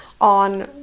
on